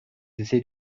essayez